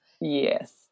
yes